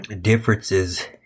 differences